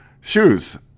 shoes